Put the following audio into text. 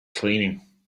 cleaning